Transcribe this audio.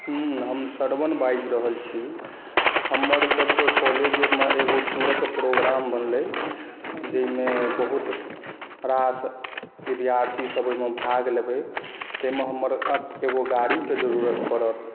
हम श्रवण बाजि रहल छी हमर सभकऽ कॉलेजमे एगो टुरक प्रोग्राम बनलै जाहिमे बहुत रास विद्यार्थी सभ ओहिमे भाग लेबै ताहिमे हमर एगो गाड़ीके जरूरत पड़त